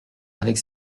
avec